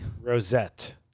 Rosette